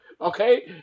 okay